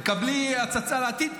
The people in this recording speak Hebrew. קבלי הצצה לעתיד,